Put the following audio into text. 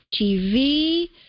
TV